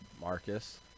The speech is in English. Marcus